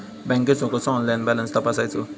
बँकेचो कसो online balance तपासायचो?